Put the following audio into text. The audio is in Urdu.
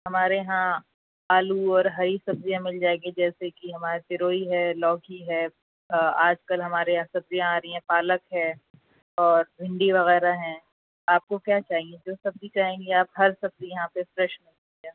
ہمارے یہاں آلو اور ہری سبزیاں مل جائیں گی جیسے کہ ہمارے تروئی ہے لوکی ہے آجکل ہمارے یہاں سبزیاں آ رہی ہیں پالک ہے اور بھنڈی وغیرہ ہیں آپ کو کیا چاہیے جو سبزی چاہیں گے آپ ہر سبزی یہاں پہ فریش ملتی ہے